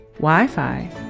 Wi-Fi